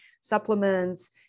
supplements